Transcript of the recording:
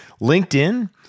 LinkedIn